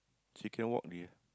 she can walk already ah